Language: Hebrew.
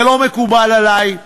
זה לא מקובל עלי.